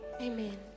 amen